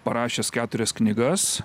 parašęs keturias knygas